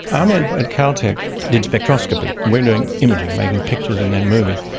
ahmed at caltech did spectroscopy, and we're doing imaging, making pictures and then movies.